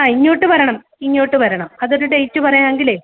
ആ ഇങ്ങോട്ട് വരണം ഇങ്ങോട്ട് വരണം അതൊരു ഡേറ്റ് പറയാമെങ്കിലേ